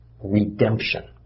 Redemption